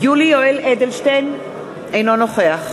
(קוראת